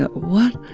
what?